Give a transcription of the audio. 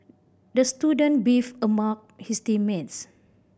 the student beefed his team mates